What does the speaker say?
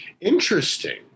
Interesting